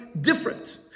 different